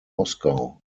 moskau